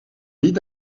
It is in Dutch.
niet